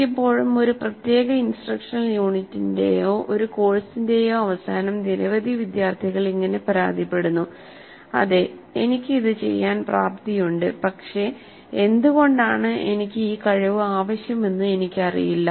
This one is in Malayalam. മിക്കപ്പോഴും ഒരു പ്രത്യേക ഇൻസ്ട്രക്ഷണൽ യൂണിറ്റിന്റെയോ ഒരു കോഴ്സിന്റെയോ അവസാനം നിരവധി വിദ്യാർത്ഥികൾ ഇങ്ങനെ പരാതിപ്പെടുന്നു അതെ എനിക്ക് ഇത് ചെയ്യാൻ പ്രാപ്തിയുണ്ട് പക്ഷേ എന്തുകൊണ്ടാണ് എനിക്ക് ഈ കഴിവ് ആവശ്യമെന്ന് എനിക്ക് അറിയില്ല